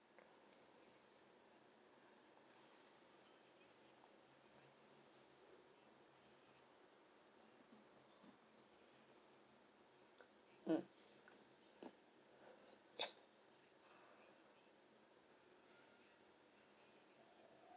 mm